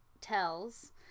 tells